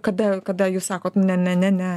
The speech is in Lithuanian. kada kada jūs sakot ne ne ne